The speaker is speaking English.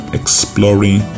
exploring